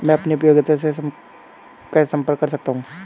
मैं अपनी उपयोगिता से कैसे संपर्क कर सकता हूँ?